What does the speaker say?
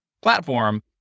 platform